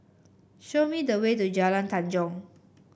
show me the way to Jalan Tanjong